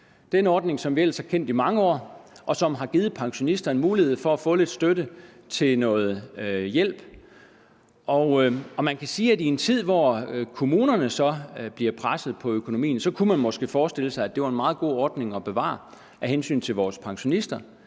– den ordning, som vi ellers har kendt i mange år, og som har givet pensionisterne mulighed for at få lidt støtte og noget hjælp. Og man kan sige, at i en tid, hvor kommunerne så bliver presset på økonomien, kunne man måske forestille sig, at det var en meget god ordning at bevare af hensyn til vores pensionister,